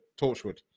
Torchwood